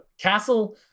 Castle